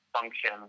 function